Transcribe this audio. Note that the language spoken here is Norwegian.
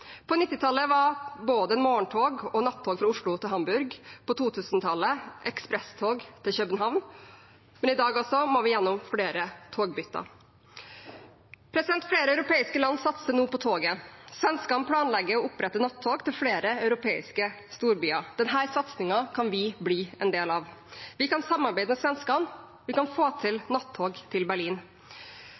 På 1990-tallet var det både morgentog og nattog fra Oslo til Hamburg, og på 2000-tallet ekspresstog til København, men i dag må vi gjennom flere togbytter. Flere europeiske land satser nå på toget, bl.a. planlegger svenskene å opprette nattog til flere europeiske storbyer. Denne satsingen kan vi bli en del av. Vi kan samarbeide med svenskene og få til nattog til Berlin.